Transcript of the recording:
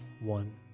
one